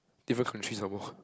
different country some more